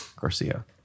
Garcia